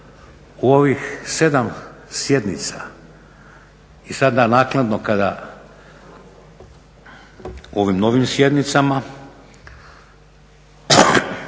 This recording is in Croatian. u ovih 7 sjednica i sada naknadno kada ovim novim sjednicama,